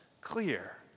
clear